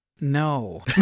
no